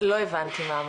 לא הבנתי מה אמרת.